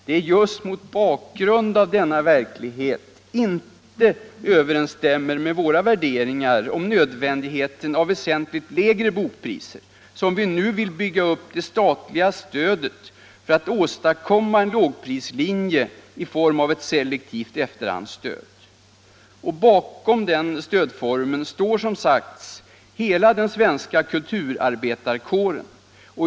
Det är just mot bakgrunden av att denna verklighet inte överensstämmer med våra värderingar om nödvändigheten av väsentligt lägre bokpriser som vi nu vill bygga upp det statliga stödet för att åstadkomma en lågprislinje i form av ett selektivt efterhandsstöd. Bakom denna stödform står som sagt hela den svenska kulturarbetarkåren.